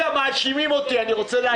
--- מאשימים אותי, אני רוצה להגיב.